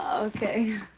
okay.